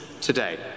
today